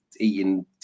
eating